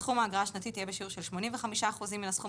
סכום האגרה השנתית יהיה בשיעור של 85 אחוזים מן הסכום